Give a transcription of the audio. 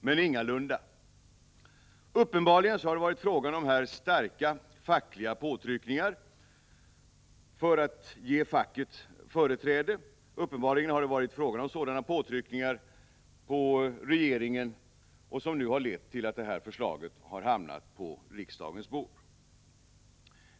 Men ingalunda! Uppenbarligen har det varit fråga om starka påtryckningar på regeringen för att ge facket företräde, vilket nu har lett till att förslaget har hamnat på riksdagens bord.